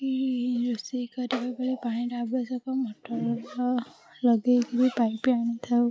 କି ରୋଷେଇ କରିବା ବେଳେ ପାଣିର ଆବଶ୍ୟକ ମଟର ଲଗେଇକି ବି ପାଇପ ଆଣିଥାଉ